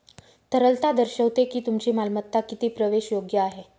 तरलता दर्शवते की तुमची मालमत्ता किती प्रवेशयोग्य आहे